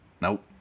Nope